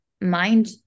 mind